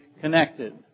connected